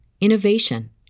innovation